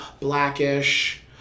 Blackish